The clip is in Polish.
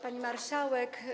Pani Marszałek!